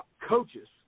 coaches